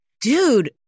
dude